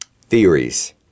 theories